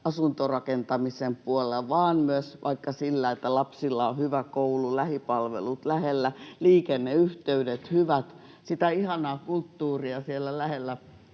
asuntorakentamisen puolella vaan myös vaikka sillä, että lapsilla on hyvä koulu, lähipalvelut lähellä, hyvät liikenneyhteydet, sitä ihanaa kulttuuria lähellä